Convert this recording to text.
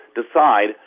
decide